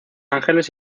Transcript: ángeles